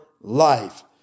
life